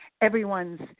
everyone's